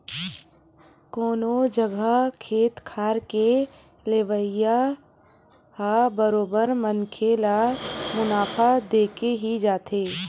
कोनो जघा खेत खार के लेवई ह बरोबर मनखे ल मुनाफा देके ही जाथे